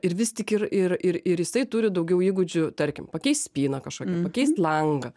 ir vis tik ir ir ir ir jisai turi daugiau įgūdžių tarkim pakeist spyną kažkokią pakeist langą